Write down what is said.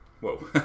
Whoa